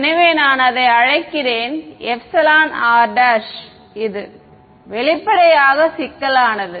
எனவே நான் அதை அழைக்கிறேன் εr′ இது வெளிப்படையாக சிக்கலானது